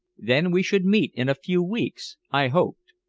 then we should meet in a few weeks i hoped.